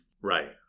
Right